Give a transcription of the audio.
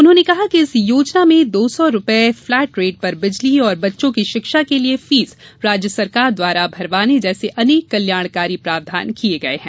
उन्होंने कहा कि इस योजना में दो सौ रुपये फ्लैट रेट पर बिजली और बच्चों की शिक्षा के लिये फीस राज्य सरकार द्वारा भरवाने जैसे अनेक कल्याणकारी प्रावधान किये गये हैं